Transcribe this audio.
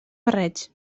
barrets